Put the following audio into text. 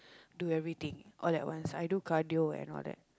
do everything all at once I do cardio and all that